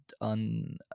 on